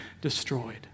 destroyed